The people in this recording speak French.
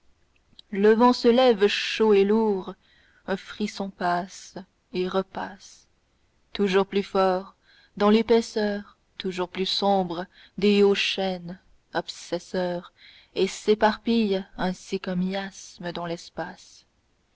le vent se lève chaud et lourd un frisson passe et repasse toujours plus fort dans l'épaisseur toujours plus sombre des hauts chênes obsesseur et s'éparpille ainsi qu'un miasme dans l'espace